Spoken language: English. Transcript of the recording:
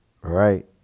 Right